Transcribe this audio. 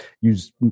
use